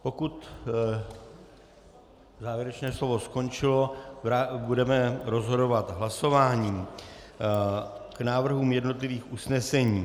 Pokud závěrečné slovo skončilo, budeme rozhodovat hlasováním k návrhům jednotlivých usnesení.